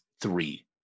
three